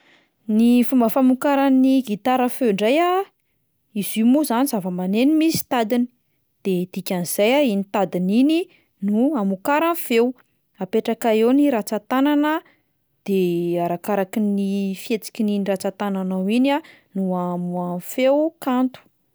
Ny fomba famokaran'ny gitara feo indray a, izy io moa zany zava-maneno misy tadiny de dikan'izay a iny tadiny iny no amokarany feo, apetraka eo ny rantsan-tanana de arakaraky ny fihetsikin'iny rantsan-tananao iny a no amoahany feo kanto.